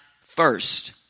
first